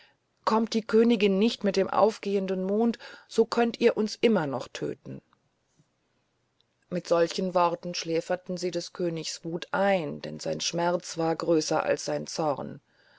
kommt die königin nicht mit dem aufgehenden mond so könnt ihr uns immer noch töten mit solchen worten schläferten sie des königs wut ein denn sein schmerz war größer als sein zorn